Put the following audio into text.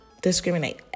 discriminate